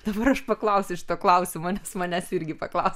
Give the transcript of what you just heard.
dabar aš paklausiu šito klausimo nes manęs irgi paklausė